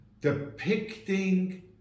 depicting